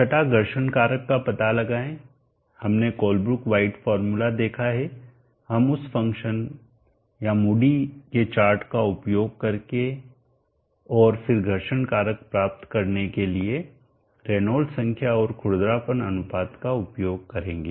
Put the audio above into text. छठा घर्षण कारक का पता लगाएं हमने कोलब्रुक वाइट फार्मूला देखा है हम उस फ़ंक्शन या मूडी के चार्ट का उपयोग करेंगे और फिर घर्षण कारक प्राप्त करने के लिए रेनॉल्ड्स संख्या और खुरदरापन अनुपात का उपयोग करेंगे